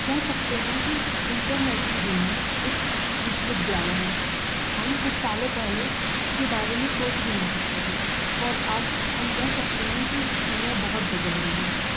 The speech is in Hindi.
कह सकते हैं कि इंटरनेट की दुनिया एक विश्वविद्यालय है हम कुछ सालों पहले इसके बारे में सोच भी नहीं सकते थे पर अब हम कह सकते हैं कि दुनिया बहुत बदल गई है